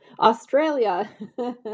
Australia